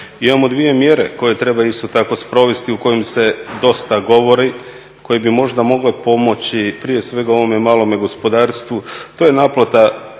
imamo dvije mjere koje treba isto tako sprovesti, o kojem se dosta govori, koje bi možda mogle dosta pomoći prije svega ovome malome gospodarstvu,